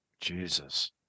Jesus